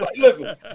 Listen